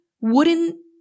wooden